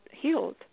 healed